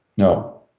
No